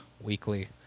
weekly